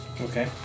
Okay